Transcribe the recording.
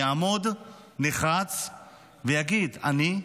יעמוד נחרץ ויגיד: אני,